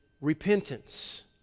repentance